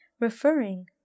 referring